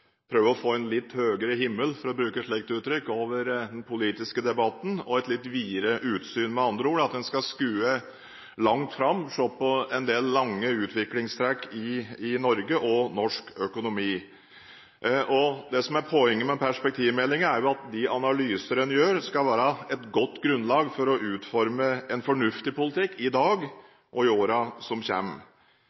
prøve å få en litt høyere himmel, for å bruke et slikt uttrykk, over den politiske debatten og et litt videre utsyn, med andre ord at en skal skue langt fram, se på en del lange utviklingstrekk i Norge og norsk økonomi. Det som er poenget med perspektivmeldingen, er at de analyser en gjør, skal være et godt grunnlag for å utforme en fornuftig politikk i dag og i årene som